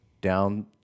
down